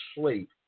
sleep